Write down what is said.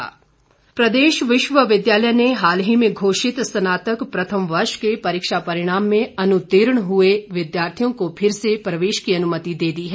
प्रवेश प्रदेश विश्वविद्यालय ने हाल ही में घोषित स्नातक प्रथम वर्ष के परीक्षा परिणाम में अनुतीर्ण हुए विद्यार्थियों को फिर से प्रवेश की अनुमति दे दी है